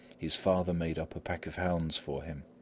his father made up a pack of hounds for him.